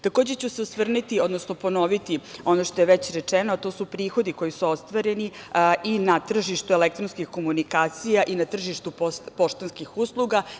Takođe, ću se osvrnuti, odnosno, ponoviti ono što je već rečeno, a to su prihodi koji su ostvareni i na tržištu elektronskih komunikacija i na tržištu poštanskih usluga.